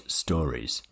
stories